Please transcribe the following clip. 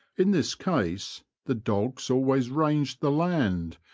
in this case the dogs always ranged the land,